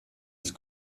ist